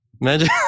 imagine